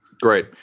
Great